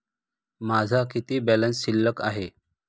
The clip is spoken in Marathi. माझा किती बॅलन्स शिल्लक आहे?